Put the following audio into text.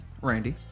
Randy